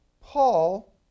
Paul